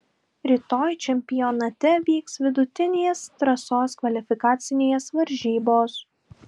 rytoj čempionate vyks vidutinės trasos kvalifikacinės varžybos